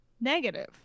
negative